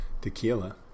tequila